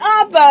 up